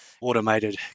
automated